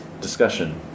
discussion